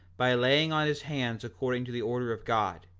by laying on his hands according to the order of god,